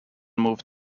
move